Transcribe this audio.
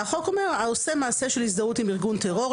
והחוק אומר: העושה מעשה של הזדהות עם ארגון טרור,